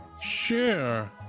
Sure